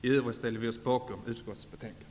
I övrigt ställer vi oss bakom utskottets hemställan.